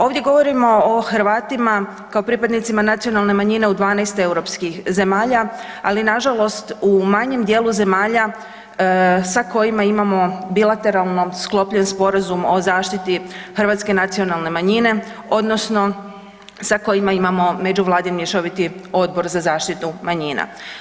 Ovdje govorimo o Hrvatima kao pripadnicima nacionalne manjine u 12 europskih zemalja, ali nažalost u manjem dijelu zemalja sa kojima imamo bilateralno sklopljen sporazum o zaštiti hrvatske nacionalne manjine odnosno sa kojima imamo međuvladin mješovit odbor za zaštitu manjina.